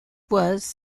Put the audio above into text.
was